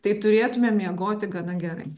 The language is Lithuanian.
tai turėtume miegoti gana gerai